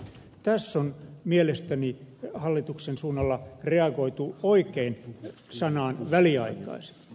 tässä on mielestäni hallituksen suunnalla reagoitu oikein sanaan väliaikainen